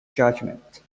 judgment